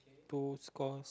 to score